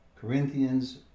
Corinthians